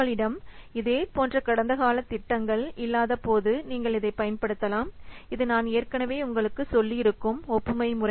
உங்களிடம் இதேபோன்ற கடந்தகால திட்டங்கள் இல்லாதபோது நீங்கள் இதைப் பயன்படுத்தலாம்இது நான் ஏற்கனவே உங்களுக்குச் சொல்லியிருக்கும் ஒப்புமை முறை